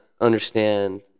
understand